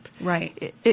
Right